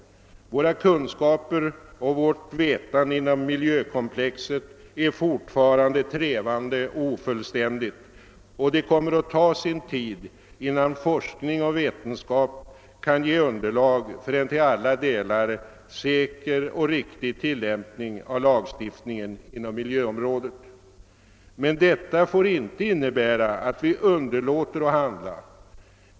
Våra kunskaper och vårt vetande inom miljökomplexet är fortfarande trevande och ofullständiga, och det kommer att ta sin tid innan forskning och vetenskap kan ge underlag för en till alla delar säker och riktig tilllämpning av lagstiftningen inom miljöområdet. Men detta får inte innebära att vi underlåter att handla.